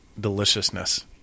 deliciousness